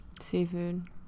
Seafood